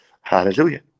Hallelujah